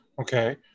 Okay